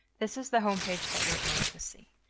this is the homepage that you're going to see.